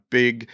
big